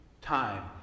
time